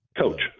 Coach